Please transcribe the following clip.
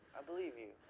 i believe you.